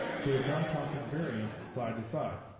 so we have non-constant variance side to side.